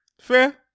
Fair